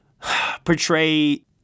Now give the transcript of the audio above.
portray